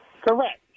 Correct